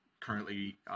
currently